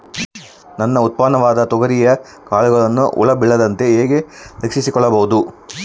ನನ್ನ ಉತ್ಪನ್ನವಾದ ತೊಗರಿಯ ಕಾಳುಗಳನ್ನು ಹುಳ ಬೇಳದಂತೆ ಹೇಗೆ ರಕ್ಷಿಸಿಕೊಳ್ಳಬಹುದು?